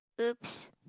oops